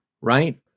right